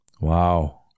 Wow